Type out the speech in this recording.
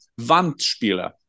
Wandspieler